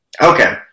Okay